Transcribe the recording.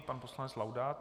Pan poslanec Laudát.